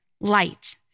light